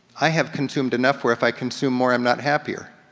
i have consumed enough where if i consume more i'm not happier.